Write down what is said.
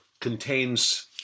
contains